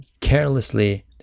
carelessly